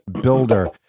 builder